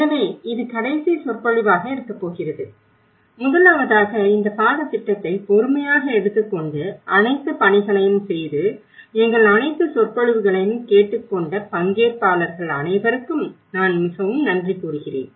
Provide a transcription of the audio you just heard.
எனவே இது கடைசி சொற்பொழிவாக இருக்கப்போகிறது முதலாவதாக இந்த பாடத்திட்டத்தை பொறுமையாக எடுத்துக்கொண்டு அனைத்து பணிகளையும் செய்து எங்கள் அனைத்து சொற்பொழிவுகளையும் கேட்டுக்கொண்ட பங்கேற்பாளர்கள் அனைவருக்கும் நான் மிகவும் நன்றி கூறுகிறேன்